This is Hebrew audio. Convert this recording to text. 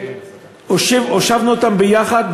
שהושבנו אותם יחד,